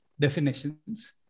definitions